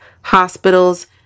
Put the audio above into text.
hospitals